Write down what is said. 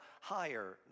higher